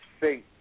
faith